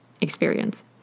experience